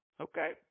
Okay